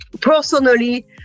personally